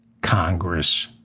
Congress